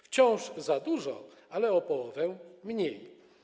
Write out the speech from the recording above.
Wciąż za dużo, ale o połowę mniej.